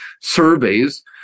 surveys